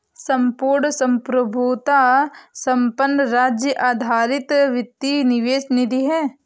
संपूर्ण संप्रभुता संपन्न राज्य आधारित वित्तीय निवेश निधि है